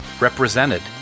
Represented